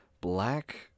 Black